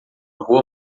rua